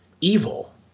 evil